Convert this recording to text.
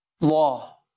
Law